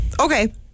Okay